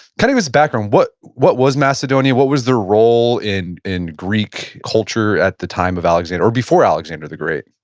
kind of his background, what what was macedonia? what was the role in in greek culture at the time of alexander, or before alexander the great?